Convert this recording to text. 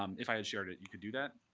um if i had shared it, you could do that.